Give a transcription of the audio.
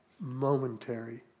momentary